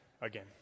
Again